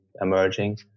emerging